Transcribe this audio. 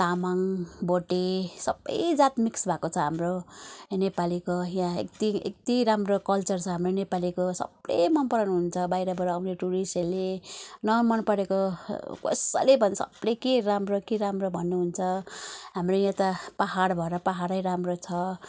तामाङ भोटे सबैजात मिक्स भएको छ हाम्रो यहाँ नेपालीको यहाँ यति यति राम्रो कल्चर छ हाम्रो नेपालीको सबले मन पराउनुहुन्छ बाहिरबाट आउने टुरिस्टहरूले नमनपरेको कसैले भन्छ सबले के राम्रो के राम्रो भन्नुहुन्छ हाम्रो यहाँ त पाहाड भएर पाहाडै राम्रो छ